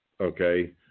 Okay